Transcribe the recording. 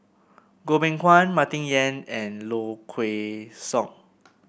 Goh Beng Kwan Martin Yan and Low Kway Song